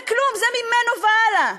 זה כלום, זה ממנו והלאה.